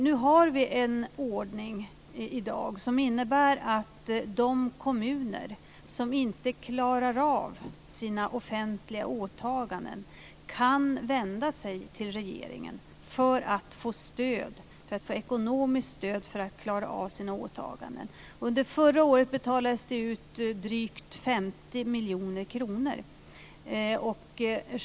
Vi har i dag en ordning som innebär att de kommuner som inte klarar av sina offentliga åtaganden kan vända sig till regeringen och få ekonomiskt stöd för att klara av sina åtaganden. Under förra året betalades det ut drygt 50 miljoner kronor.